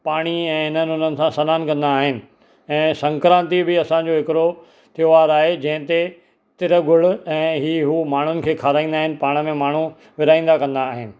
पाणी ऐं हिननि हुननि सां सनानु कंदा आहिनि ऐं संक्रांति बि असांजो हिकिड़ो त्योहारु आहे जंहिं ते तिर गुड़ ऐं हीउ उहो माण्हुनि खे खाराईंदा आहिनि पाण में माण्हू विरिहाईंदा कंदा आहिनि